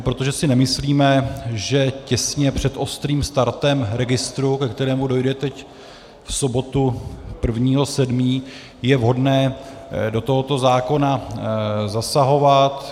Protože si nemyslíme, že těsně před ostrým startem registru, ke kterému dojde teď v sobotu 1. 7., je vhodné do tohoto zákona zasahovat.